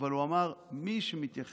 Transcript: אבל הוא אמר: מי שמתייחס